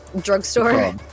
Drugstore